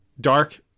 dark